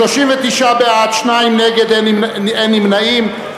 39 בעד, שניים נגד, אין נמנעים.